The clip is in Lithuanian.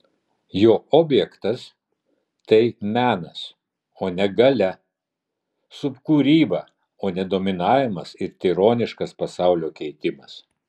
jo objektas tai menas o ne galia subkūryba o ne dominavimas ir tironiškas pasaulio keitimas